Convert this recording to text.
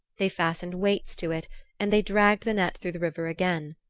they fastened weights to it and they dragged the net through the river again.